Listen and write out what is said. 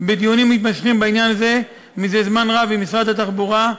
בדיונים מתמשכים בעניין הזה זה זמן רב עם משרד התחבורה,